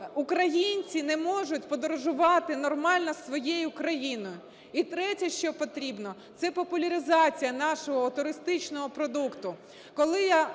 українці не можуть подорожувати нормально своєю країною. І третє, що потрібно – це популяризація нашого туристичного продукту. Коли я